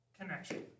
connection